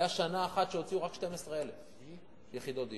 היתה שנה אחת שהוציאו רק 12,000 יחידות דיור.